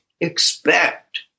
expect